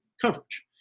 coverage